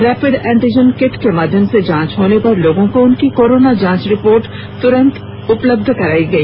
rapid antigen kit के माध्यम से जांच होने पर लोगों को उनकी कोरोना जांच रिपोर्ट तुरंत उपलब्ध कराई गई